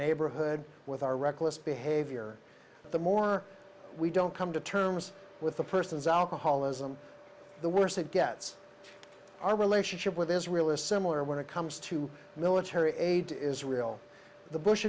neighborhood with our reckless behavior the more we don't come to terms with the person's alcoholism the worse it gets our relationship with israel is similar when it comes to military aid to israel the bush